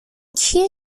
کیه